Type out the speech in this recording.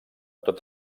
tot